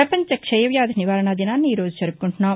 ప్రపంచ క్షయ వ్యాధి నివారణ దినాన్ని ఈ రోజు జరుపుకుంటున్నాం